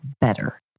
better